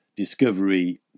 discovery